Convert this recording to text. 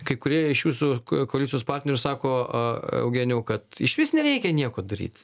kai kurie iš jūsų koalicijos partnerių sako eugenijau kad išvis nereikia nieko daryti